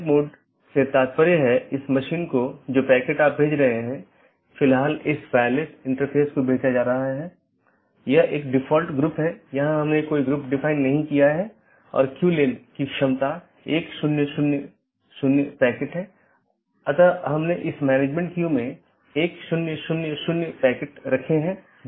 जब भी सहकर्मियों के बीच किसी विशेष समय अवधि के भीतर मेसेज प्राप्त नहीं होता है तो यह सोचता है कि सहकर्मी BGP डिवाइस जवाब नहीं दे रहा है और यह एक त्रुटि सूचना है या एक त्रुटि वाली स्थिति उत्पन्न होती है और यह सूचना सबको भेजी जाती है